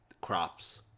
crops